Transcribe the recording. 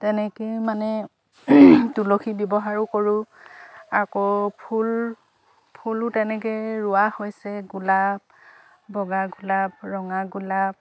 তেনেকৈ মানে তুলসীৰ ব্যৱহাৰো কৰোঁ আকৌ ফুল ফুলো তেনেকৈ ৰোৱা হৈছে গোলাপ বগা গোলাপ ৰঙা গোলাপ